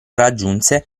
raggiunse